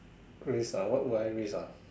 risk ah what would I risk ah